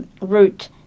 Route